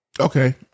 Okay